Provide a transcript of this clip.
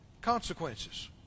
consequences